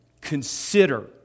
Consider